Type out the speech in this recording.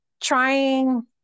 trying